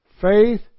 faith